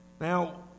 Now